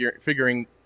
figuring